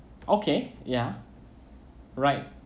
okay ya right